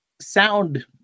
sound